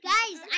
Guys